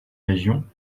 régions